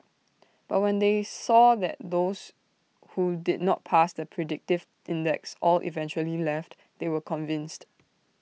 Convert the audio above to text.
but when they saw that those who did not pass the predictive index all eventually left they were convinced